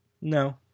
No